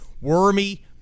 wormy